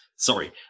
Sorry